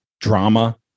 drama